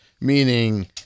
meaning